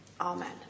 Amen